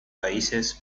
países